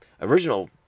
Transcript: original